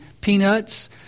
Peanuts